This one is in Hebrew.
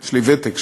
יש לי ותק שם.